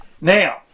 now